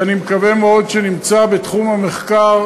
ואני מקווה מאוד שנמצא בתחום המחקר